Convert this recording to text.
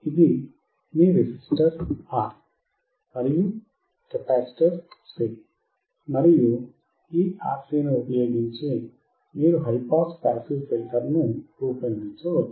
ఇది మీ resistor R మరియు కెపాసిటర్ C మరియు ఈ RC ని ఉపయోగించి మీరు మీ హై పాస్ పాసివ్ ఫిల్టర్ను రూపొందించవచ్చు